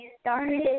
started